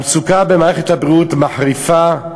המצוקה במערכת הבריאות מחריפה,